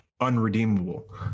unredeemable